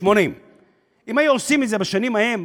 80. אם היו עושים את זה בשנים ההן,